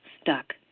stuck